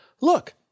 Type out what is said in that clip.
look